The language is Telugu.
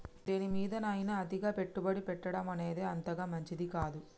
దేనిమీదైనా అతిగా పెట్టుబడి పెట్టడమనేది అంతగా మంచిది కాదు